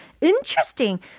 Interesting